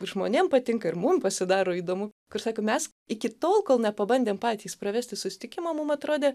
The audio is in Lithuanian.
žmonėm patinka ir mum pasidaro įdomu kur sako mes iki tol kol nepabandėm patys pravesti susitikimą mum atrodė